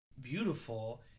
beautiful